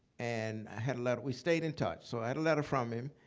and i had a letter. we stayed in touch. so i had a letter from him,